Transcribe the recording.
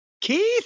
Keith